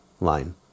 line